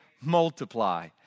multiply